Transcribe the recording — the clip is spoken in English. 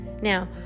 Now